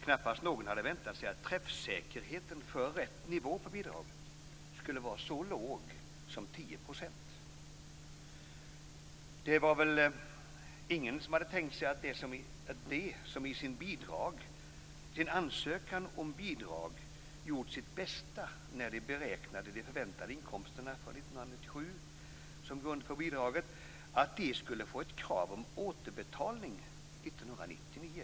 Knappast någon hade väntat sig att träffsäkerheten för rätt nivå på bidraget skulle vara så låg som 10 %. Det var väl ingen som hade tänkt sig att de som i sin ansökan om bidrag gjort sitt bästa när de beräknade de förväntade inkomsterna för 1997 som grund för bidraget skulle få ett krav om återbetalning 1999.